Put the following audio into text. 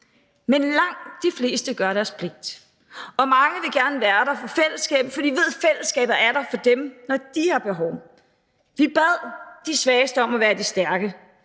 Men langt de fleste gør deres pligt, og mange vil gerne være der for fællesskabet, fordi de ved, at fællesskabet er der for dem, når de har behov for det. Vi bad de svageste om at være de stærke,